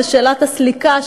ושאלת הסליקה,